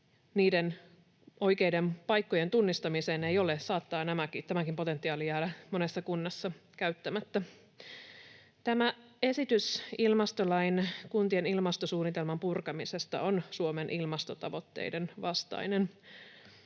niiden oikeiden paikkojen tunnistamiseen ei ole, saattaa tämäkin potentiaali jäädä monessa kunnassa käyttämättä. Tämä esitys ilmastolain kuntien ilmastosuunnitelman purkamisesta on Suomen ilmastotavoitteiden vastainen.